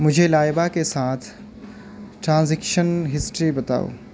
مجھے لائبہ کے ساتھ ٹرانزیکشن ہسٹری بتاؤ